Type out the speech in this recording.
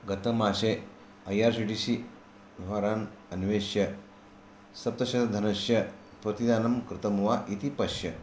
गतमासे I R C T C द्वारा अन्वेष्य सप्तसहस्रधनस्य प्रतिदानं कृतं वा इति पश्य